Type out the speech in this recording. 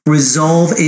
Resolve